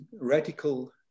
radical